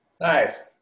Nice